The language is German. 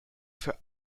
für